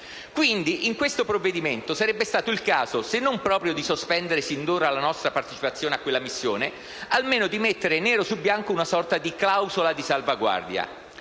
Quindi, in questo provvedimento sarebbe stato il caso, se non proprio di sospendere subito la nostra partecipazione a quella missione, almeno di mettere nero su bianco una sorta di clausola di salvaguardia.